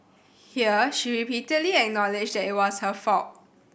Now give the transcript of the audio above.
here she repeatedly acknowledged that it was her fault